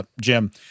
Jim